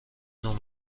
نوع